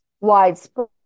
widespread